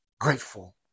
grateful